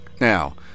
Now